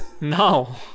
No